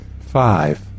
Five